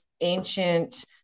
ancient